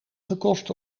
gekost